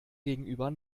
gegenüber